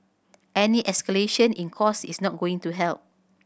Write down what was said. any escalation in costs is not going to help